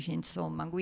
insomma